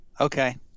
Okay